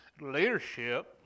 leadership